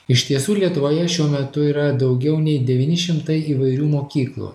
iš tiesų lietuvoje šiuo metu yra daugiau nei devyni šimtai įvairių mokyklų